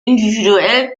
individuell